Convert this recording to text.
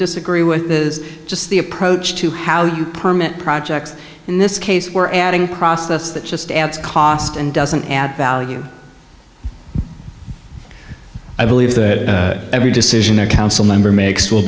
disagree with is just the approach to how you permit projects in this case where adding process that just adds cost and doesn't add value i believe that every decision the council member makes will